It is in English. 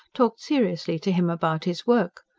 talked seriously to him about his work.